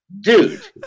Dude